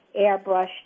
airbrushed